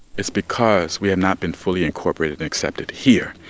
it's because we have not been fully incorporated and accepted here,